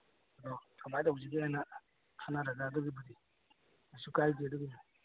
ꯀꯃꯥꯏꯅ ꯇꯧꯁꯤꯒꯦꯅ ꯈꯟꯅꯔꯒ ꯑꯗꯨꯒꯤꯕꯨꯗꯤ ꯀꯩꯁꯨ ꯀꯥꯏꯗꯦ ꯑꯗꯨꯒꯤꯗꯤ